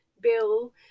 Bill